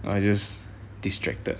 I just distracted